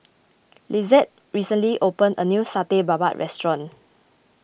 Lissette recently opened a new Satay Babat restaurant